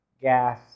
gas